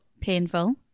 Painful